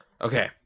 Okay